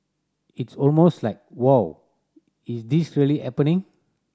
it's almost like Wow is this really happening